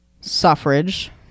Suffrage